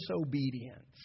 disobedience